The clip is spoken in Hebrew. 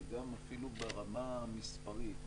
אבל גם אפילו ברמה המספרית,